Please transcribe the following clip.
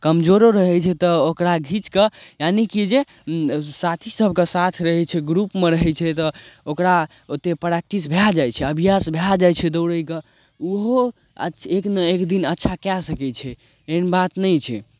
कमजोरो रहै छै तऽ ओकरा घीँचि कऽ यानिकि जे साथी सभके साथ रहै छै ग्रुपमे रहै छै तऽ ओकरा ओतेक प्रैक्टिस भए जाइ छै अभ्यास भए जाइ छे दौड़यके ओहो एक ने एक दिन अच्छा कए सकै छै एहन बात नहि छै